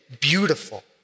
beautiful